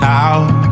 out